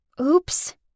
oops